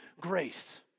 grace